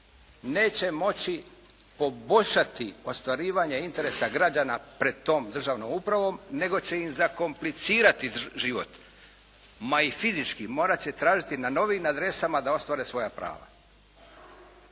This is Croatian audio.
neće moći poboljšati ostvarivanje interesa građana pred tom državnom upravom nego će im zakomplicirati život, ma i fizički. Morat će tražiti na novim adresama da ostvare svoja prava.